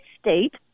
state